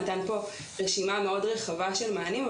נתן פה רשימה מאוד רחבה של מענים,